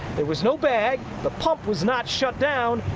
there was no bag. the pump was not shut down,